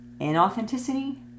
Inauthenticity